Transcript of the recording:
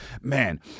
Man